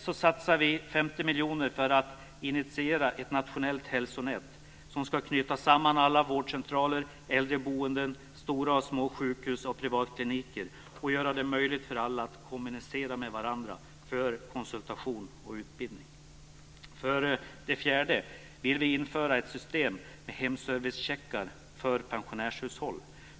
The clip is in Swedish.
Vi satsar 50 miljoner kronor för att initiera ett nationellt hälsonät som ska knyta samman alla vårdcentraler, äldreboenden, stora och små sjukhus och privatkliniker och göra det möjligt för alla att kommunicera med varandra för konsultation och utbildning. 4. Vi vill införa ett system med hemservicecheckar för pensionärshushåll.